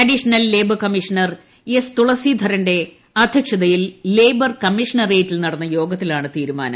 additional labour commissioner S തുളസീധരന്റെ അധ്യക്ഷതയിൽ labour കമ്മീഷണറേറ്റിൽ നടന്ന യോഗത്തിലാണ് തീരുമാനം